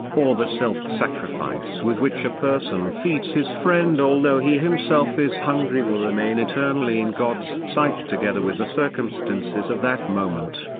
or the self-sacrifice with which a person feeds his friend although he himself is hungry will remain eternally in god's sight together with the circumstances of that moment,